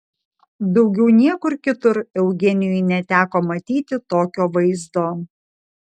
daugiau niekur kitur eugenijui neteko matyti tokio vaizdo